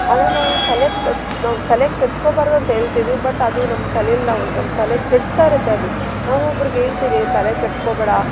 ಆದರೆ ನಾವು ತಲೆ ನಾವು ತಲೆ ಕೆಡ್ಸ್ಕೊಬಾರ್ದು ಅಂತ ಹೇಳ್ತೀವಿ ಬಟ್ ಅದು ನಮ್ಮ ತಲೇಲಿ ನಾವು ನಮ್ಮ ತಲೆ ಕೆಡಿಸ್ತಾ ಇರತ್ತೆ ಅದು ನಾವೂ ಒಬ್ರಗೆ ಹೇಳ್ತೀವಿ ತಲೆ ಕೆಡ್ಸ್ಕೋಬೇಡ